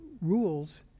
rules